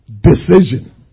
decision